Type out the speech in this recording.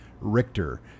Richter